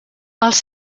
els